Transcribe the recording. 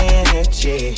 energy